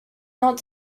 not